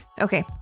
okay